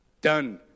done